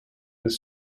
with